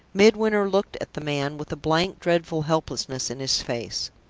midwinter looked at the man with a blank, dreadful helplessness in his face.